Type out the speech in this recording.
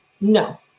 No